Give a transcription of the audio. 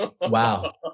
Wow